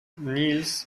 nils